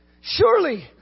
Surely